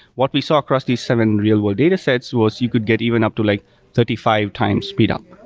what we saw across these seven real-world datasets was you could get even up to like thirty five times speed up.